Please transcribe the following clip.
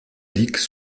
licques